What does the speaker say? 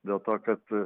dėl to kad